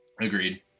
Agreed